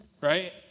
right